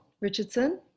Richardson